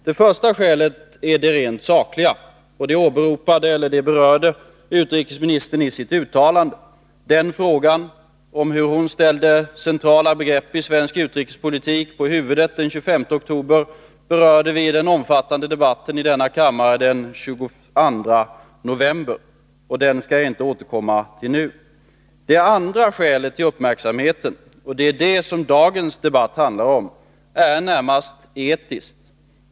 Det första skälet är det rent sakliga, och det berörde utrikesministern i sitt uttalande. Den frågan, om hur hon ställde centrala begrepp i svensk utrikespolitik på huvudet den 25 oktober, diskuterade vi i den omfattande debatten i denna kammare den 22 november, och den skall jag inte återkomma till nu. Det andra skälet till uppmärksamheten, och det är det som dagens debatt handlar om, är närmast etiskt.